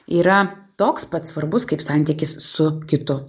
yra toks pat svarbus kaip santykis su kitu